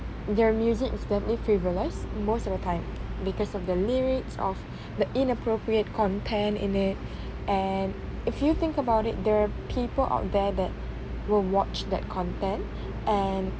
their music is definitely frivolous most of the time because of the lyrics of the inappropriate content in it and if you think about it there are people out there that will watch that content and